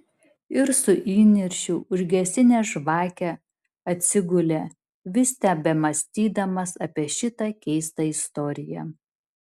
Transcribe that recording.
ir su įniršiu užgesinęs žvakę atsigulė vis tebemąstydamas apie šitą keistą istoriją